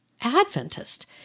Adventist